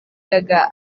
gaga